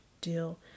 deal